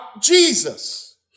Jesus